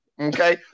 Okay